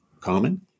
common